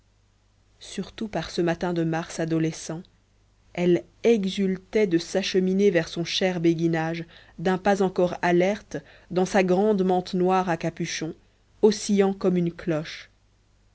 surtout par ce matin de mars adolescent elle exultait de s'acheminer vers son cher béguinage d'un pas encore alerte dans sa grande mante noire à capuchon oscillant comme une cloche